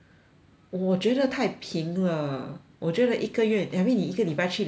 我觉得太平了我觉得一个月 and 你一个礼拜去两次